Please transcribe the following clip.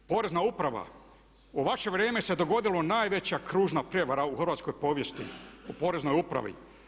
Porezna uprava, u vaše vrijeme se dogodila najveća kružna prijevara u Hrvatskoj povijesti, u poreznoj upravi.